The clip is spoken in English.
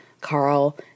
Carl